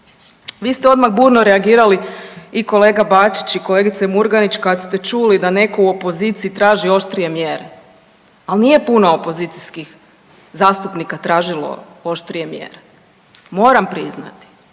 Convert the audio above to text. Vi ste odmah burno reagirali i kolega Bačić i kolegice Murganić kad ste čuli da netko u opoziciji traži oštrije mjere. Ali nije puno opozicijskih zastupnika tražilo oštrije mjere, moram priznati.